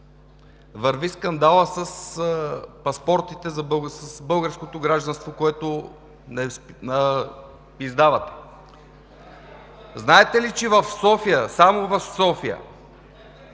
върви скандалът с паспортите за българското гражданство, което издавате. Знаете ли, че в София, само в София